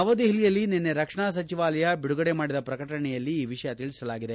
ನವದೆಪಲಿಯಲ್ಲಿ ನಿನ್ನೆ ರಕ್ಷಣಾ ಸಚಿವಾಲಯ ಬಿಡುಗಡೆ ಮಾಡಿದ ಪ್ರಕಟಣೆಯಲ್ಲಿ ಈ ವಿಷಯ ತಿಳಿಸಲಾಗಿದೆ